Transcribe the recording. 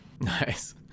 Nice